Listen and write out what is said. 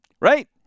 Right